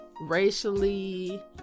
racially